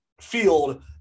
field